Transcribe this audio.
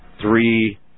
three